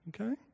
okay